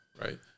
Right